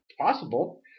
possible